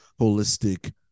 holistic